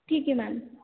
ठीक आहे मॅम